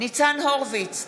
ניצן הורוביץ,